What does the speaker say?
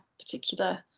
particular